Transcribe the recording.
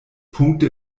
punkte